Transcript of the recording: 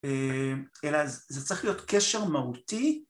אלא זה צריך להיות קשר מהותי.